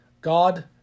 God